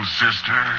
sister